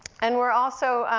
and we're also,